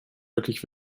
wirklich